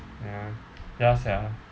ya ya sia